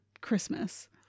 Christmas